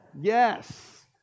Yes